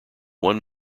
one